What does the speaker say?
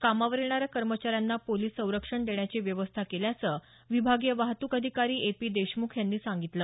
कामावर येणाऱ्या कर्मचाऱ्यांना पोलिस संरक्षण देण्याची व्यवस्था केल्याचं विभागीय वाहतूक अधिकारी ए पी देशमुख यांनी सांगितलं